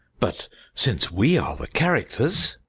but since we are the characters.